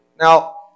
Now